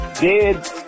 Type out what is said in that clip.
dead